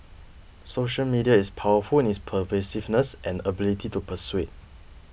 social media is powerful in its pervasiveness and ability to persuade